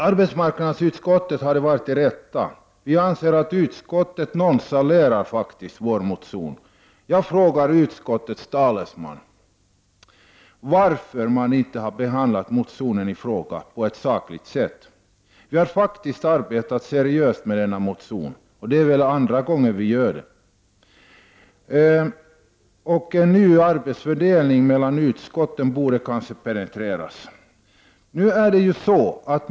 Arbetsmarknadsutskottet hade varit det rätta utskottet att behandla frågan. Vi anser att utskottet nonchalerar vår motion. Jag frågar utskottets talesman varför man inte har behandlat motionen i fråga på ett sakligt sätt. Vi har faktiskt arbetat seriöst med denna motion, och det är andra gången vi gör det. En ny arbetsfördelning mellan utskotten borde kanske utredas.